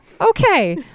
okay